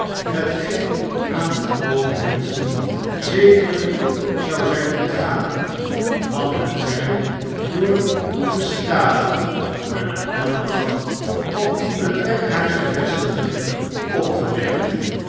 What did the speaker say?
hetgeen aan gewone menschen zekerlijk zou zijn ontgaan hadden zij door gestadig hunne aandacht op het werkhuis te vestigen opgemerkt